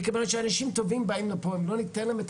מכיוון שאנשים טובים באים לפה ואם לא ניתן להם את